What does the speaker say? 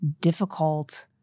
difficult